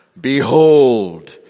behold